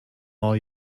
all